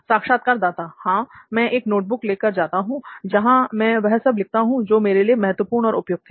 साक्षात्कारदाता हां मैं एक नोटबुक लेकर जाता हूं जहां में वह सब लिखता हूं जो मेरे लिए महत्वपूर्ण और उपयुक्त है